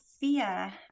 fear